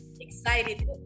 excited